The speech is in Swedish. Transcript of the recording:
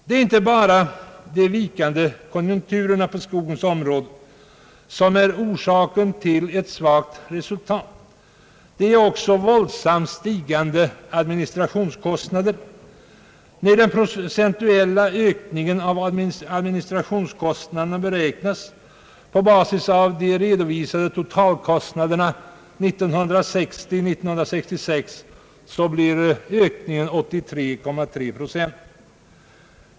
Det är inte bara de vikande konjunkturerna på skogens område som är or sak till det svaga resultatet. Våldsamt stigande administrationskostnader spelar också sin roll. Ökningen av dessa har på basis av redovisade totalkostnader under åren 1960—1966 beräknats uppgå till 88,3 procent.